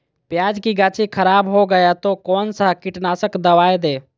प्याज की गाछी खराब हो गया तो कौन सा कीटनाशक दवाएं दे?